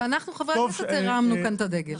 ואנחנו חברי הכנסת הרמנו כאן את הדגל.